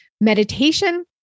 Meditation